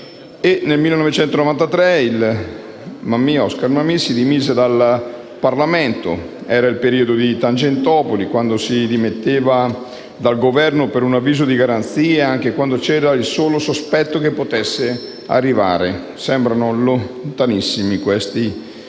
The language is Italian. Nel 1993, Oscar Mammì si dimise dal Parlamento. Era il periodo di Tangentopoli, quando ci si dimetteva dal Governo per un avviso di garanzia anche quando c'era il solo sospetto che potesse arrivare (sembra un periodo lontanissimo). Questo